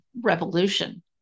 revolution